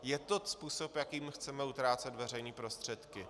Je to způsob, jakým chceme utrácet veřejné prostředky?